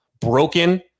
broken